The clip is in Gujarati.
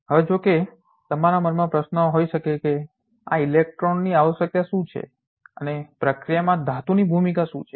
હવે જોકે તમારા મનમાં પ્રશ્ન હોઈ શકે છે કે આ ઇલેક્ટ્રોનની આવશ્યકતા શું છે અને પ્રક્રિયામાં ધાતુની ભૂમિકા શું છે